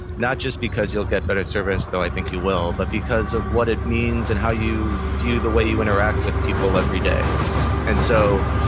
not just because you'll get better service though i think you will, but because of what it means and how you view the way you interact with people every day and so,